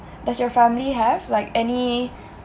does your family have like any